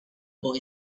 boy